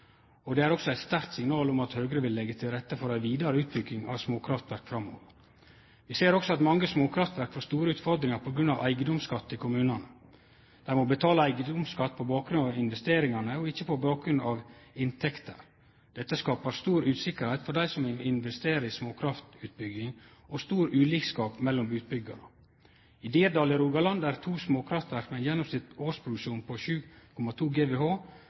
og det er også eit sterkt signal om at Høgre vil leggje til rette for ei vidare utbygging av småkraftverk framover. Vi ser også at mange småkraftverk får store utfordringar på grunn av eigedomsskatt til kommunane. Dei må betale eigedomsskatt på bakgrunn av investeringane og ikkje på bakgrunn av inntekter. Dette skaper stor usikkerheit for dei som vil investere i småkraftutbygging og stor ulikskap mellom utbyggjarar. I Dirdal i Rogaland er det to småkraftverk med ein gjennomsnittleg årsproduksjon på 7,2